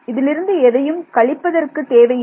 இதிலிருந்து எதையும் கழிப்பதற்கு தேவையில்லை